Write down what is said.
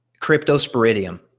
Cryptosporidium